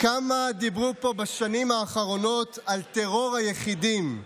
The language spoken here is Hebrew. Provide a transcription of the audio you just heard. כמה דיברו פה בשנים האחרונות על טרור היחידים,